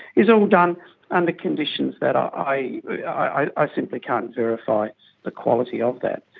is all done under conditions that i i simply can't verify the quality of that.